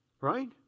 Right